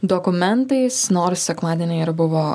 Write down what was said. dokumentais nors sekmadienį ir buvo